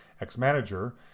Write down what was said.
ex-manager